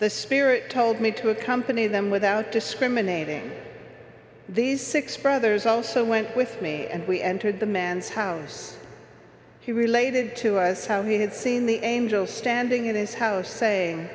the spirit told me to accompany them without discriminating these six brothers also went with me and we entered the man's house he related to us how he had seen the angel standing in his house say